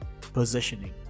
Positioning